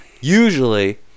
usually